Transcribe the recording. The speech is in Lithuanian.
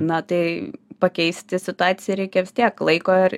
na tai pakeisti situaciją reikia vis tiek laiko ir